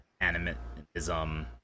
animism